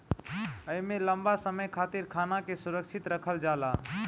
एमे लंबा समय खातिर खाना के सुरक्षित रखल जाला